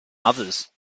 others